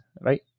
right